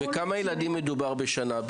כמה ילדים בשנה?